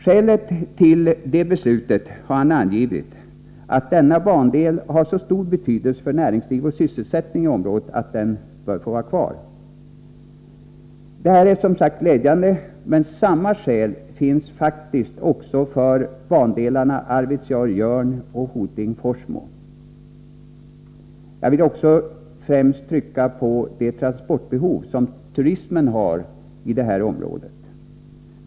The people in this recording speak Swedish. Skälet för beslutet är enligt vad han angivit att denna bandel har så stor betydelse för näringsliv och sysselsättning i området att den bör få vara kvar. Detta är som sagt glädjande, men samma skäl finns faktiskt också för bandelarna Arvidsjaur-Jörn och Hoting-Forsmo. Jag vill då främst trycka på det transportbehov som turismen har i detta område.